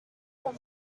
from